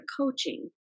coaching